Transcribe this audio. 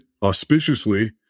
auspiciously